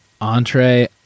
Entree